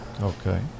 Okay